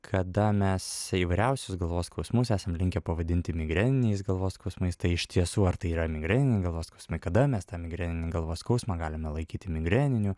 kada mes įvairiausius galvos skausmus esam linkę pavadinti migreniniais galvos skausmais tai iš tiesų ar tai yra migreniniai galvos skausmai kada mes tą migreninį galvos skausmą galime laikyti migreniniu